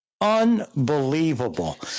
Unbelievable